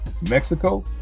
Mexico